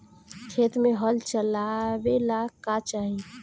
खेत मे हल चलावेला का चाही?